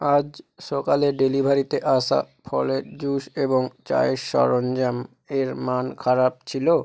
আজ সকালে ডেলিভারিতে আসা ফলের জুস এবং চায়ের সরঞ্জাম এর মান খারাপ ছিল